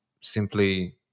simply